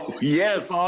yes